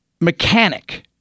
mechanic